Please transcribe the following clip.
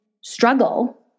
struggle